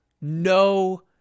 no